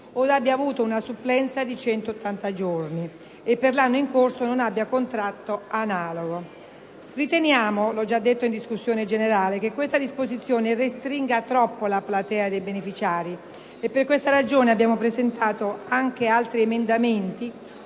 abbia avuto una supplenza di 180 giorni e per l'anno in corso non abbia contratto analogo. Riteniamo - come ho già detto in discussione generale - che questa disposizione restringa troppo la platea dei beneficiari e per questa ragione abbiamo presentato anche altri emendamenti